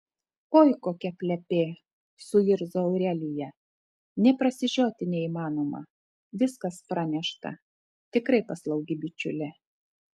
oi kokia plepė suirzo aurelija nė prasižioti neįmanoma viskas pranešta tikrai paslaugi bičiulė